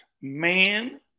man